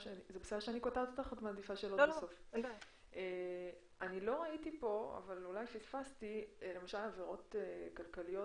לא ראיתי פה, אולי פספסתי, למשל עבירות כלכליות.